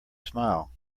smile